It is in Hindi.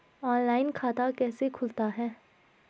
ऑनलाइन खाता कैसे खुलता है?